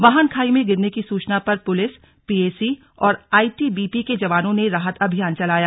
वाहन खाई में गिरने की सूचना पर पुलिस पीएसी और आईटीबीपी के जवानों ने राहत अभियान चलाया